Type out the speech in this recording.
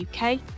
UK